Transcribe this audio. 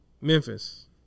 Memphis